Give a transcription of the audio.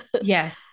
Yes